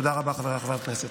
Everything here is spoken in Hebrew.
תודה רבה, חבריי חברי הכנסת.